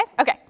Okay